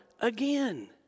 again